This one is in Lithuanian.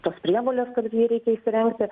tos prievolės kad jį reikia įsirengti